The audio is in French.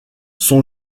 son